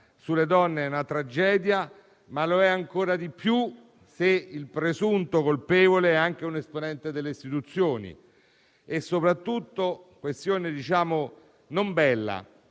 sulle donne è una tragedia, ma lo è ancora di più se il presunto colpevole è anche un esponente delle istituzioni. Soprattutto, non è bello